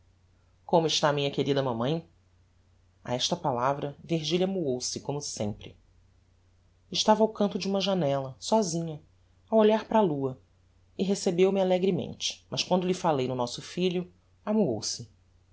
como está a minha querida mamãe a esta palavra virgilia amuou se como sempre estava ao canto de uma janella sosinha a olhar para a lua e recebeu-me alegremente mas quando lhe falei no nosso filho amuou se